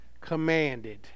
Commanded